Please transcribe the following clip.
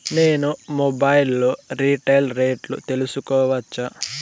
నేను మొబైల్ లో రీటైల్ రేట్లు తెలుసుకోవచ్చా?